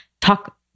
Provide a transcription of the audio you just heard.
talk